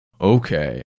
Okay